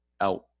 out